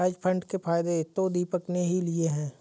hedge fund के फायदे तो दीपक ने ही लिए है